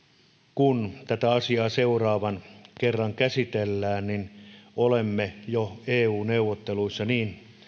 kun tätä asiaa seuraavan kerran käsitellään niin olemme jo eu neuvotteluissa niin